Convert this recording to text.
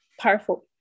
powerful